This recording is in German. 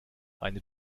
eine